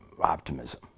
optimism